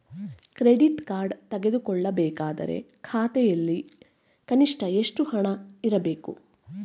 Credit card ತೆಗೆದುಕೊಳ್ಳಬೇಕಾದರೆ ಖಾತೆಯಲ್ಲಿ ಕನಿಷ್ಠ ಎಷ್ಟು ಹಣ ಇರಬೇಕು?